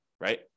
right